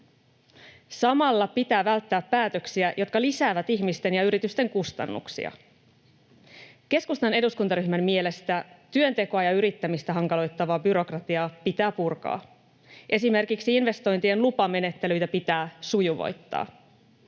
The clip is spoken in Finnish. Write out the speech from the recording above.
Samalla pitää välttää päätöksiä, jotka lisäävät ihmisten ja yritysten kustannuksia. Keskustan eduskuntaryhmän mielestä työntekoa ja yrittämistä hankaloittavaa byrokratiaa pitää purkaa. Esimerkiksi investointien lupamenettelyitä pitää sujuvoittaa.